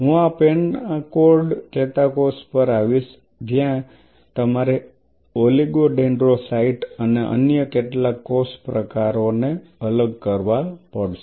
હું આ પેનોકોર્ડ ચેતાકોષ પર આવીશ જ્યાં તમારે ઓલિગોડેન્ડ્રોસાયટ અને અન્ય કેટલાક કોષ પ્રકારોને અલગ કરવા પડશે